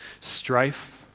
Strife